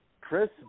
Chris